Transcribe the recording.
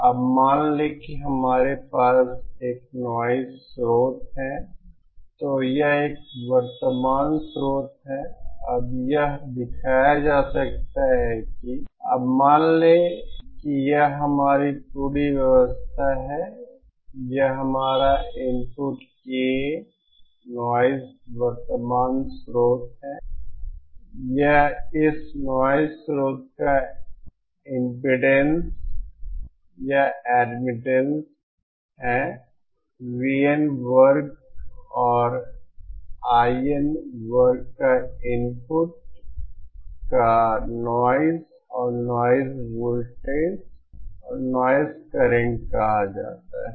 अब मान लें कि हमारे पास एक नॉइज़ स्रोत है तो यह एक वर्तमान स्रोत है अब यह दिखाया जा सकता है कि अब मान लें कि यह हमारी पूरी व्यवस्था है यह हमारा इनपुट ka नॉइज़ वर्तमान स्रोत है यह इस नॉइज़ स्रोत का एमपीडेंस या एडमिटेंस है VN वर्ग और IN वर्ग इनपुट का नॉइज़ और नॉइज़ वोल्टेज और नॉइज़ करंट कहा जाता है